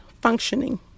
functioning